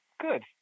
Good